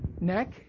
neck